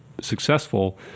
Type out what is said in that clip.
successful